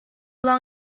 long